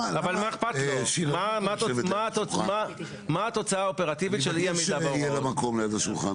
מה התוצאה אופרטיבית של אי עמידה בהוראות?